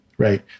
Right